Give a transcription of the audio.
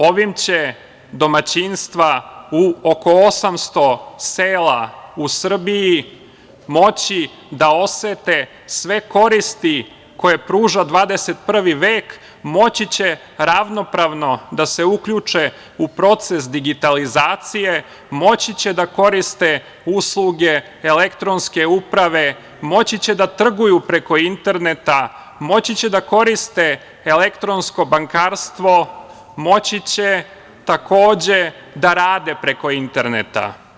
Ovim će domaćinstva u oko 800 sela u Srbiji moći da osete sve koristi koje pruža 21. vek, moći će ravnopravno da se uključe u proces digitalizacije, moći će da koriste elektronske usluge uprave, moći će da trguju preko interneta, moći će da koriste elektronsko bankarstvo, moći će takođe da rade preko interneta.